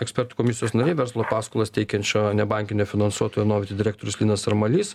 ekspertų komisijos nariai verslo paskolas teikiančio nebankinio finansuotojo noviti direktorius linas armalys